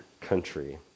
country